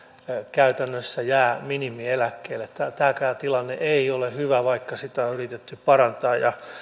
käytännössä jää minimieläkkeelle tämäkään tilanne ei ole hyvä vaikka sitä on yritetty parantaa